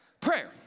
prayer